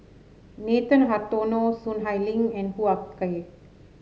Nathan Hartono Soon Ai Ling and Hoo Ah Kay